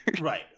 Right